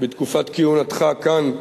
בתקופת כהונתך כאן,